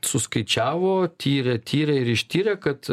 suskaičiavo tyrė tyrė ir ištyrė kad